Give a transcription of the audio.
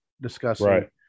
discussing